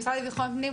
המשרד לביטחון הפנים,